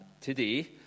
today